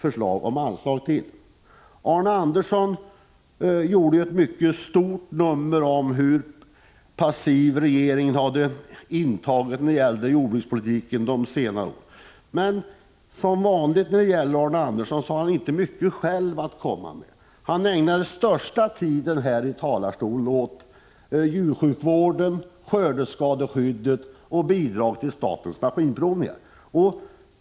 Arne Andersson i Ljung gjorde ett mycket stort nummer av hur passiv regeringen hade varit när det gällt jordbrukspolitiken under senare år. Men som vanligt när det gäller Arne Andersson hade han inte mycket att komma med själv. Han ägnade den största tiden här i talarstolen åt djursjukvården, skördeskadeskyddet och bidrag till statens maskinprovningar.